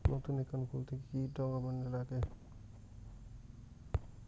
নতুন একাউন্ট খুলতে কি কি ডকুমেন্ট লাগে?